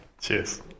Cheers